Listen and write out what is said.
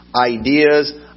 ideas